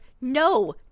no